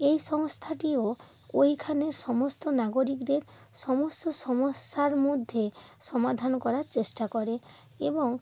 এই সংস্থাটিও ওইখানের সমস্ত নাগরিকদের সমস্ত সমস্যার মধ্যে সমাধান করার চেষ্টা করে এবং